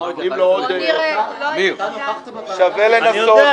שווה לנסות.